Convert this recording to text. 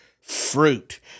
fruit